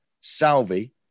Salvi